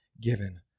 given